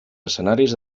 escenaris